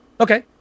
okay